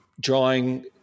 drawing